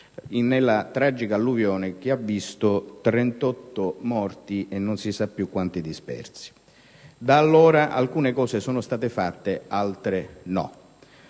nella tragica alluvione che ha visto 38 morti e non si sa più quanti dispersi. Da allora alcune cose sono state fatte, mentre